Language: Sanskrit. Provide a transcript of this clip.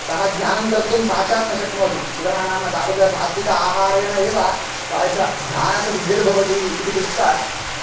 सः ध्यानं कर्तुं साक्षात् न शक्नोति कुतः नाम तादृशसात्विक आहारेण एव तादृशध्यानस्य सिद्धिर्भवति इति कृत्वा